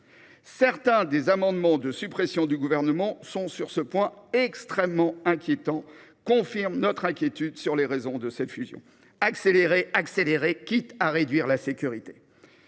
certains des amendements de suppression du Gouvernement sont sur ce point extrêmement inquiétants, confirmant notre inquiétude sur la vraie raison de cette fusion : accélérer, toujours accélérer, quitte à réduire la sécurité.